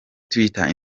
twitter